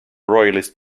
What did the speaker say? royalist